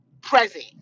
present